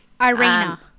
Irina